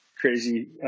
crazy